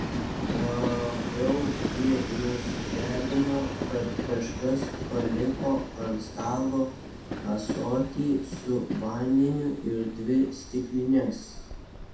labiau jį nustebino kad kažkas paliko ant stalo ąsotį su vandeniu ir dvi stiklines